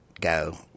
go